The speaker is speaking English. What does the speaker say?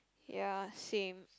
ya same